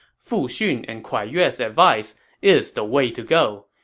fu xun and kuai yue's advice is the way to go.